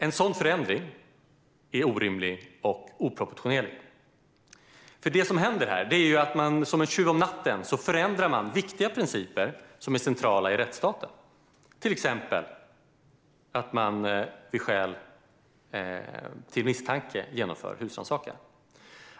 En sådan förändring är orimlig och oproportionerlig. Det som händer här är att man som en tjuv om natten förändrar viktiga principer som är centrala i rättsstaten, till exempel att det ska finnas skälig misstanke som grund för att genomföra en husrannsakan.